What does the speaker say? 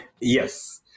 Yes